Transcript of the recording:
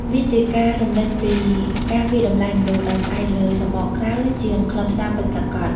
នេះជាការរំលេចពីការវាយតម្លៃមនុស្សដោយផ្អែកលើសម្បកក្រៅជាងខ្លឹមសារពិតប្រាកដ។